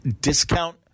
discount